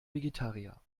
vegetarier